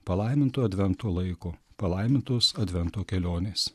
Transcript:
palaiminto advento laiko palaimintos advento kelionės